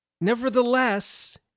Nevertheless